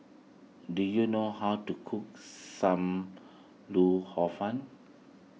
do you know how to cook Sam Lau Hor Fun